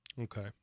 Okay